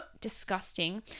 Disgusting